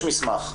יש מסמך.